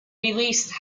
released